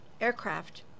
aircraft